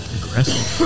Aggressive